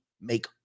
make